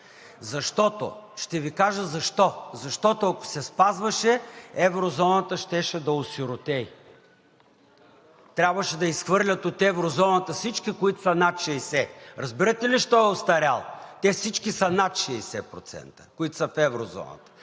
и ще Ви кажа защо. Защото, ако се спазваше, еврозоната щеше да осиротее. Трябваше да изхвърлят от еврозоната всички, които са над 60. Разбирате ли защо е остаряла? Те всички са над 60%, които са в еврозоната.